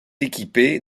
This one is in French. équipée